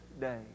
day